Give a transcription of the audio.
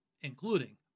including